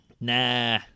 Nah